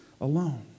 alone